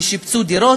שיפצו דירות,